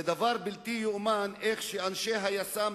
זה לא ייאמן איך אנשי היס"מ,